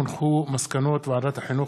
מסקנות ועדת החינוך,